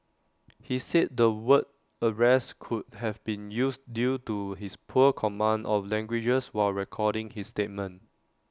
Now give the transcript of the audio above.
he said the word arrest could have been used due to his poor command of languages while recording his statement